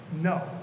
No